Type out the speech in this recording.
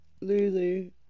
Lulu